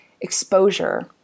exposure